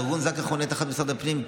ארגון זק"א חונה תחת משרד הפנים,